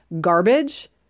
garbage